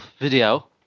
video